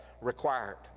required